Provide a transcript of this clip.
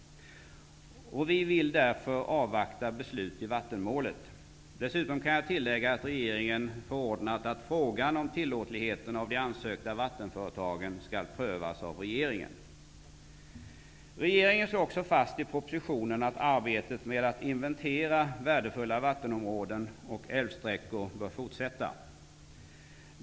Vi vill därför avvakta beslut i vattenmålet. Dessutom kan jag tillägga att regeringen förordnat att frågan om tillåtligheten av de ansökta vattenföretagen skall prövas av regeringen. Regeringen slår också fast i propositionen att arbetet med att inventera värdefulla vattenområden och älvsträckor bör fortsätta.